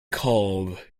called